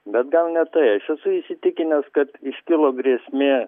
bet gal ne tai aš esu įsitikinęs kad iškilo grėsmė